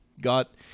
got –